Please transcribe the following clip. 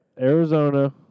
Arizona